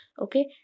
Okay